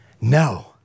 No